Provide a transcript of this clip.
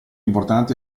importanti